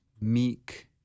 meek